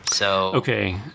Okay